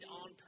on